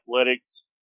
Athletics